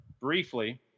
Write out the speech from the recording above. briefly